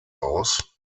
aus